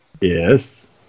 yes